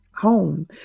home